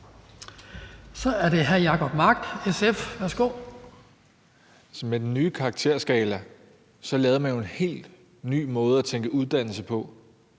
Kl. 17:48 Jacob Mark (SF): Med den nye karakterskala lavede man jo en helt ny måde at tænke uddannelse på,